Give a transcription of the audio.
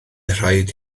rhaid